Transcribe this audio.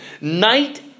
night